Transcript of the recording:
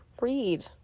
read